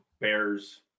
Bears